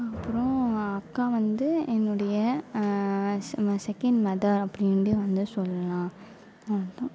அப்பறம் அக்கா வந்து என்னுடைய செக்கண்ட் மதர் அப்படின்னே வந்து சொல்லலாம் அவ்வளோதான்